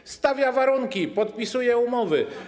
Bank stawia warunki, podpisuje umowy.